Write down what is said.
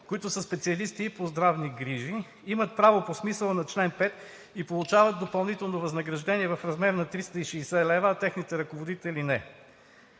които са специалисти и по здравни грижи, имат право по смисъла на чл. 5 и получават допълнително възнаграждение в размер на 360 лв., а техните ръководители – не.